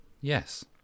Yes